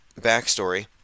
backstory